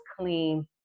clean